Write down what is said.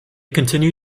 continue